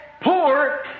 poor